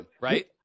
Right